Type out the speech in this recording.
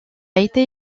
été